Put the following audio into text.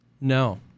No